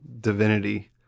divinity